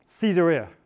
Caesarea